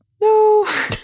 No